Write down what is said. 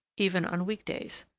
even on week-days.